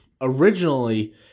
Originally